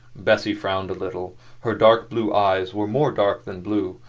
bessie frowned a little her dark blue eyes were more dark than blue.